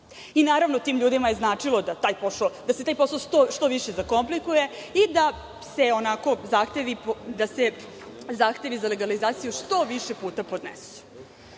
Naravno, tim ljudima je značilo da se taj posao što više zakomplikuje i da se zahtevi za legalizaciju što više puta podnesu. Što